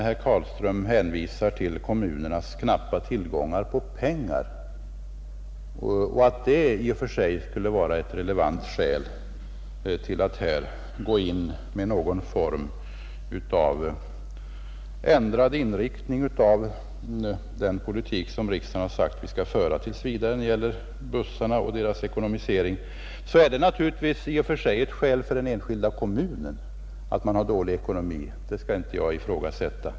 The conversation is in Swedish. Herr Carlström ansåg att kommunernas knappa tillgångar på pengar i och för sig kunde vara ett relevant skäl till någon form av ändrad 25 inriktning av den politik som riksdagen har sagt att SJ tills vidare skall föra när det gäller bussarna och deras ekonomisering. För den enskilda kommunen är det naturligtvis i och för sig ett skäl — att man har dålig ekonomi skall jag inte ifrågasätta.